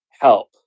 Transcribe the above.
help